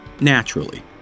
naturally